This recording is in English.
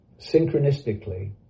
synchronistically